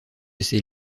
ces